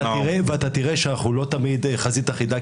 ----- ואתה תראה שאנחנו לא תמיד חזית אחידה,